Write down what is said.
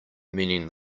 meaning